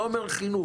לא אומר "חינוך",